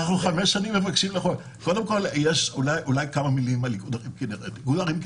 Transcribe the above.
אני אגיד כמה מילים על איגוד ערים כינרת.